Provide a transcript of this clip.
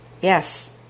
Yes